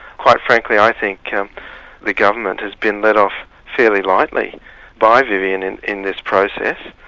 quite frankly, i think the government has been let off fairly lightly by vivian in in this process,